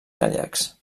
gallecs